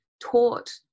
taught